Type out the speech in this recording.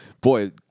boy